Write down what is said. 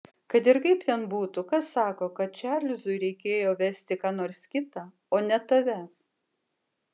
kad ir kaip ten būtų kas sako kad čarlzui reikėjo vesti ką nors kitą o ne tave